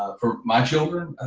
for my children,